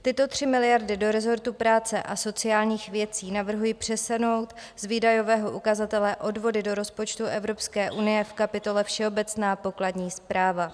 Tyto 3 miliardy do resortu práce a sociálních věcí navrhuji přesunout z výdajového ukazatele odvody do rozpočtu Evropské unie v kapitole všeobecná pokladní správa.